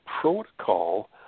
protocol